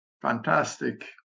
fantastic